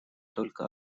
только